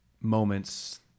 moments